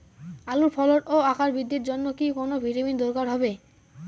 আলুর ফলন ও আকার বৃদ্ধির জন্য কি কোনো ভিটামিন দরকার হবে?